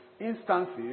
instances